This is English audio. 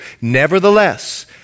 Nevertheless